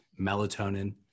Melatonin